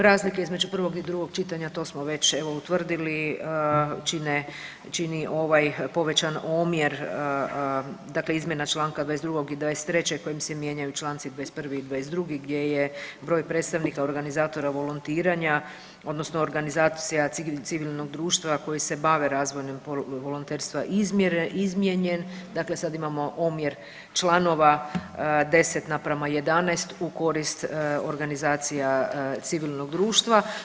Razlika između prvog i drugog čitanja to smo već evo utvrdili čine, čini ovaj povećani omjer dakle izmjena Članka 22. i 23. kojim se mijenjaju Članci 21. i 22. gdje je broj predstavnika organizatora volontiranja odnosno organizacija civilnog društva koji se bave razvojem volonterstva izmijenjen, dakle sad imamo omjer članova 10 naprema 11 u korist organizacija civilnog društva.